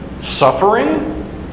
suffering